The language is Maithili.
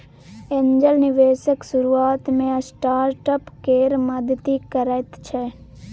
एंजल निबेशक शुरुआत मे स्टार्टअप केर मदति करैत छै